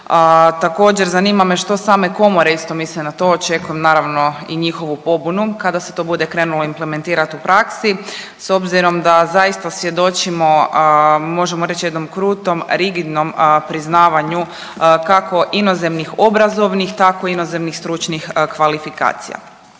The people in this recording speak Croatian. Također zanima me što same komore isto misle na to, očekujem naravno i njihovu pobunu kada se to bude krenulo implementirat u praksi s obzirom da zaista svjedočimo možemo reći jednom krutom rigidnom priznavanju kako inozemnih obrazovnih tako inozemnih stručnih kvalifikacija.